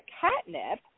catnip